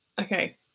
okay